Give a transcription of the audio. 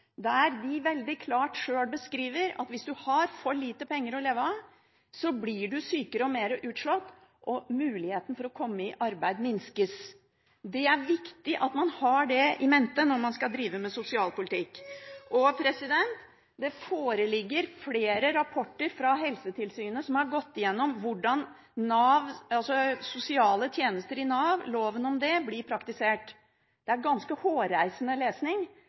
der de veldig klart sjøl beskriver at hvis man har for lite penger å leve av, blir man sykere og mer utslått, og muligheten for å komme i arbeid minskes. Det er viktig at man har det i mente når man skal drive med sosial politikk. Det foreligger flere rapporter fra Helsetilsynet som har gått igjennom hvordan loven om sosiale tjenester i Nav blir praktisert. Det er ganske hårreisende lesning,